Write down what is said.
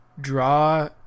draw